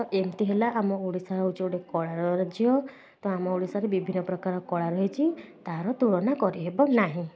ତ ଏମିତି ହେଲା ଆମ ଓଡ଼ିଶା ହେଉଛି ଗୋଟେ କଳାର ରାଜ୍ୟ ତ ଆମ ଓଡ଼ିଶାରେ ବିଭିନ୍ନ ପ୍ରକାର କଳା ରହିଛି ତାହାର ତୁଳନା କରିହେବ ନାହିଁ